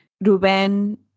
Ruben